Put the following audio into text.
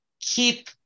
keep